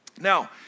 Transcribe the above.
Now